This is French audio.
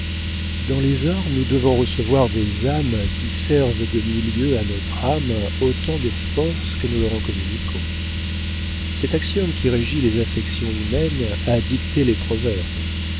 dans les arts nous devons recevoir des âmes qui servent de milieu à notre âme autant de force que nous leur en communiquons cet axiome qui régit les affections humaines a dicté les proverbes